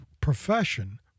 profession